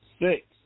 six